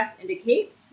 indicates